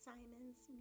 Simons